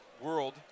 world